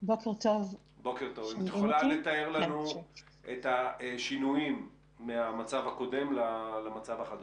האם את יכולה לתאר לנו את השינויים מהמצב הקודם למצב החדש?